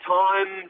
time